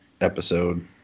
episode